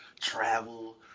travel